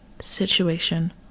situation